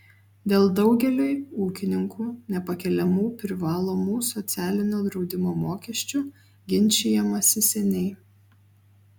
dėl daugeliui ūkininkų nepakeliamų privalomų socialinio draudimo mokesčių ginčijamasi seniai